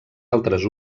altres